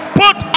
put